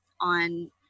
on